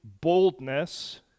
boldness